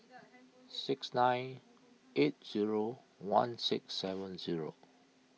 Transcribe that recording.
six nine eight zero one six seven zero